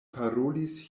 parolis